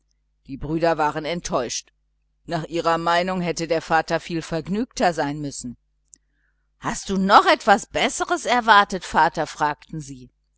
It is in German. die brüder waren enttäuscht nach ihrer meinung hätte der vater viel vergnügter sein müssen hast du noch etwas besseres erwartet vater fragten sie